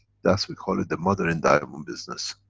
that's we call it the mother in diamond business.